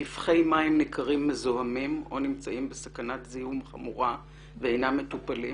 נפחי מים ניכרים מזוהמים או נמצאים בסכנת זיהום חמורה ואינם מטופלים,